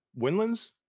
Winlands